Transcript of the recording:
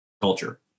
culture